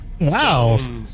Wow